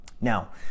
Now